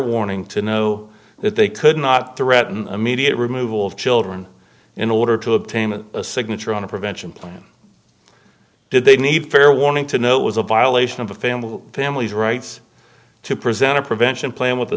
warning to know that they could not threaten immediate removal of children in order to obtain a signature on a prevention plan did they need fair warning to know it was a violation of a family family's rights to present a prevention plan with a